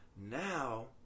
now